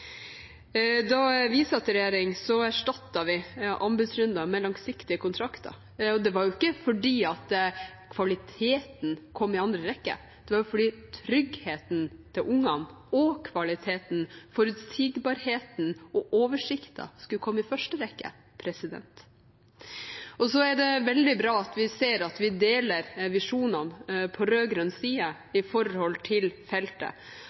Da vi satt i regjering, erstattet vi anbudsrunder med langsiktige kontrakter. Det var jo ikke fordi kvaliteten kom i andre rekke, det var fordi tryggheten til ungene og kvaliteten, forutsigbarheten og oversikten skulle komme i første rekke. Det er veldig bra at vi ser at vi på rød-grønn side deler visjonene for feltet, og at vi i hvert fall ser at vi skal i samme retning på